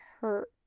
hurt